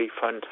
fund